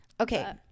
okay